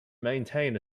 maintain